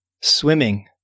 swimming